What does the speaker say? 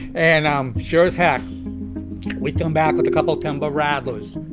and um sure as heck we come back with a couple of timber rattlers.